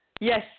Yes